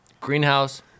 greenhouse